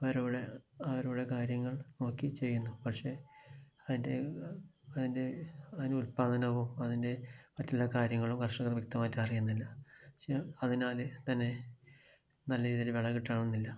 അവരുടെ അവരുടെ കാര്യങ്ങൾ നോക്കി ചെയ്യുന്നു പക്ഷേ അതിൻ്റെ അതിൻ്റെ അതിന് ഉല്പാദനവും അതിൻ്റെ മറ്റുള്ള കാര്യങ്ങളും കർഷകർ വ്യക്തമായിട്ട് അറിയുന്നില്ല അതിനാൽ തന്നെ നല്ല രീതിയിൽ വിള കിട്ടണമെന്നില്ല